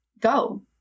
go